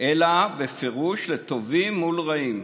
אלא בפירוש לטובים מול רעים.